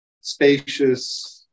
spacious